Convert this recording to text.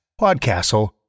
PodCastle